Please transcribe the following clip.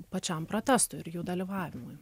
pačiam protestui ir jų dalyvavimui